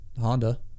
Honda